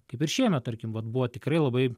kaip ir šiemet tarkim vat buvo tikrai labai